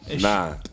Nah